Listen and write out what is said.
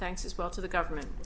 thanks as well to the government